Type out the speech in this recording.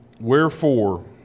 Wherefore